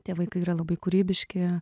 tie vaikai yra labai kūrybiški